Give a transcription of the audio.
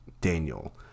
daniel